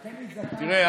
תראה,